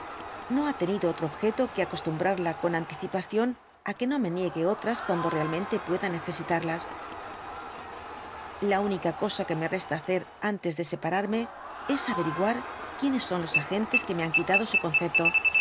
no ha tenido otro objeto que acostúmbrala con anticipación á que no me niegue otras cuando realmente pueda necesitarlas la imica cosa que me resta baoer antes de separarme es ayeriguar quienes son k agentes que me han quitado su concepto